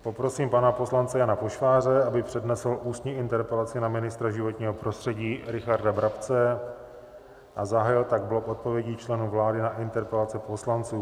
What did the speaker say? Poprosím pana poslance Jana Pošváře, aby přednesl ústní interpelaci na ministra životního prostředí Richarda Brabce, a zahájil tak blok odpovědí členů vlády na interpelace poslanců.